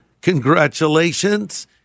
congratulations